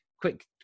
quick